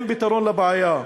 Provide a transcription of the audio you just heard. הם פתרון לבעיה,